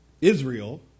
Israel